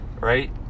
right